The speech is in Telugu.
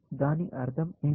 దాని అర్థం ఏమిటి